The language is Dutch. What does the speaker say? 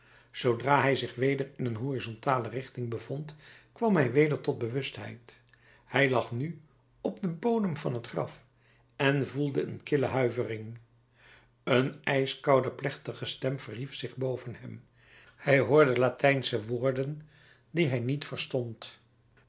zoodra hij zich weder in een horizontale richting bevond kwam hij weder tot bewustheid hij lag nu op den bodem van t graf en voelde een kille huivering een ijskoude plechtige stem verhief zich boven hem hij hoorde tamelijk duidelijk de volgende latijnsche woorden die hij niet verstond